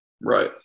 Right